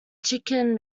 chicken